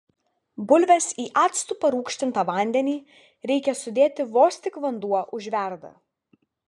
bulves į actu parūgštintą vandenį reikia sudėti vos tik vanduo užverda